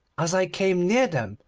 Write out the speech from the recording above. as i came near them,